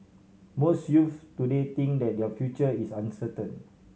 most youths today think that their future is uncertain